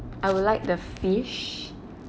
I would like the fish